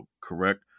correct